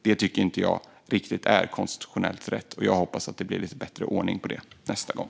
Jag tycker inte att det är riktigt konstitutionellt rätt. Jag hoppas att det blir en bättre ordning nästa gång.